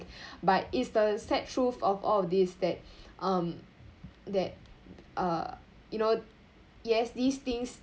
but it's the sad truth of all of these that um that uh you know yes these things